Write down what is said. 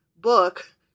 book